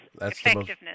Effectiveness